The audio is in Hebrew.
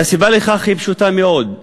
הסיבה לכך היא פשוטה מאוד: